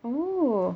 oh